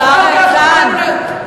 השר ארדן,